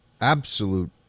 absolute